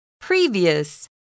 Previous